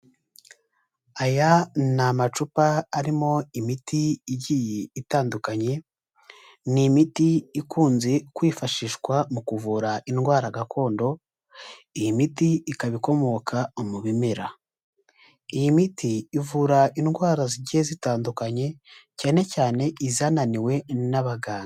Aya namacupa arimo imiti igiye itandukanye. ni imiti ikunze kwifashishwa mu kuvura indwara gakondo, iyi miti ikaba ikomoka mu bimera iyi miti ivura indwara zigiye zitandukanye cyane cyane izananiwe n'abaganga.